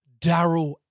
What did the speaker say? daryl